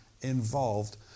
involved